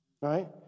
right